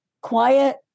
quiet